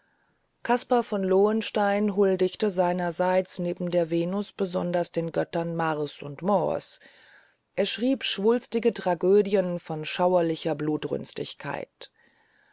caspar von lohenstein huldigte seinerseits neben der venus den göttern mars und mors er schrieb schwulstige tragödien von schauerlicher